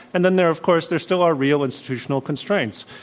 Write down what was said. and then there are of course, there still are real institutional constraints.